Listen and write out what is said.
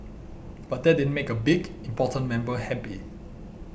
but that didn't make a big important member happy